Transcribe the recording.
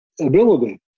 ability